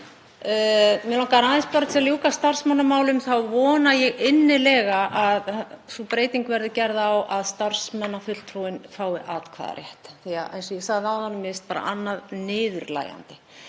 Mig langar aðeins til að ljúka starfsmannamálum. Ég vona innilega að sú breyting verði gerð á að starfsmannafulltrúinn fái atkvæðarétt því að eins og ég sagði áðan finnst mér annað bara niðurlægjandi.